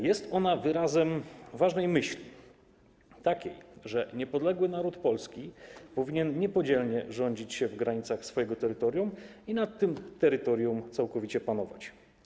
Jest ona wyrazem ważnej myśli, takiej, że niepodległy naród polski powinien niepodzielnie rządzić się w granicach swojego terytorium i nad tym terytorium całkowicie panować.